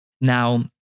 Now